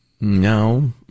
No